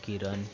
Kiran